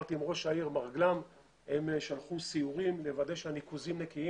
דיברתי עם ראש העיר והם שלחו סיורים לוודא שהניקוזים נקיים